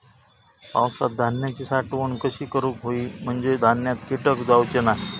पावसात धान्यांची साठवण कशी करूक होई म्हंजे धान्यात कीटक जाउचे नाय?